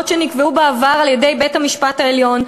שנקבעו בעבר על-ידי בית-המשפט העליון,